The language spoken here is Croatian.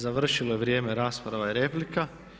završilo je vrijeme rasprava i replika.